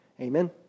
Amen